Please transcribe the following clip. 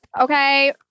okay